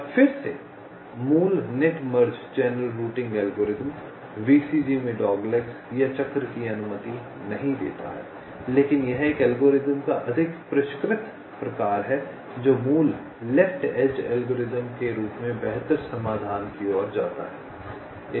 और फिर से मूल net merge channel routing algorithm VCG में डॉगलेगस या चक्र की अनुमति नहीं देता है लेकिन यह एक एल्गोरिथ्म का अधिक परिष्कृत प्रकार है जो मूल लेफ्ट एज अल्गोरिथम के रूप में बेहतर समाधान की ओर जाता है